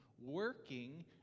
working